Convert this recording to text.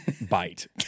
bite